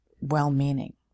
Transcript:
well-meaning